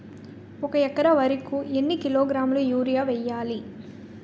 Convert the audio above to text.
ఒక ఎకర వరి కు ఎన్ని కిలోగ్రాముల యూరియా వెయ్యాలి?